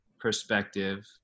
perspective